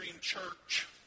Church